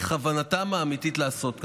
בכוונתם האמיתית לעשות כך.